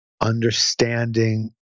understanding